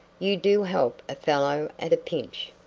you do help a fellow at a pinch.